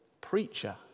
preacher